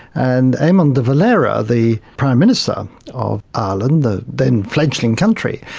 and eamon de valera, the prime minister of ireland, the then fledgling country,